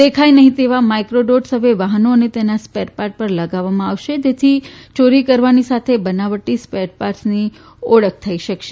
દેખાઇ નહીં તેવા માઇક્રોડોટસ હવે વાહનો અને તેના સ્પેરપાર્ટસ ઉપર લગાવવામાં આવશે જેથી યોરી રોકવાની સાથે બનાવટી સ્પેરપાર્ટસની ઓળખ થઇ શકશે